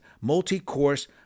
multi-course